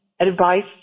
advice